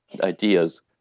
ideas